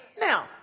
Now